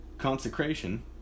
consecration